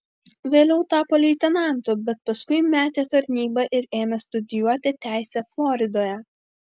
vėliau tapo leitenantu bet paskui metė tarnybą ir ėmė studijuoti teisę floridoje